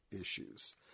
issues